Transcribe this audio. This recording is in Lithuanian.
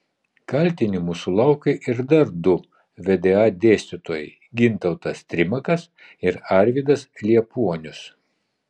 kaltinimų sulaukė ir dar du vda dėstytojai gintautas trimakas ir arvydas liepuonius